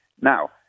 Now